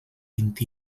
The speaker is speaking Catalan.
vint